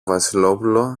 βασιλόπουλο